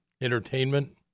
entertainment